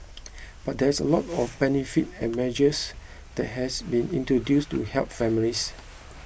but there is a lot of benefits and measures that has been introduced to help families